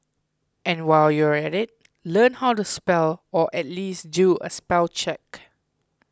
and while you're at it learn how to spell or at least do a spell check